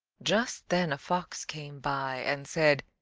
just then a fox came by, and said,